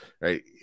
right